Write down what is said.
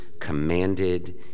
commanded